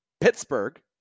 Pittsburgh